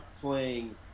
playing